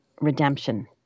redemption